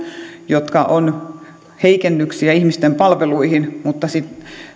jotka ovat heikennyksiä ihmisten palveluihin mutta sitten